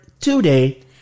today